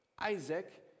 Isaac